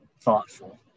thoughtful